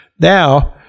Now